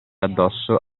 addosso